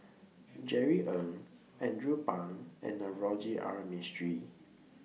Jerry Ng Andrew Phang and Navroji R Mistri